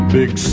Big